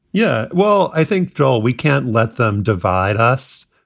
yeah, well, i think, joel, we can't let them divide us,